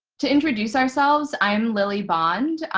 to introduce ourselves, i'm lily bond.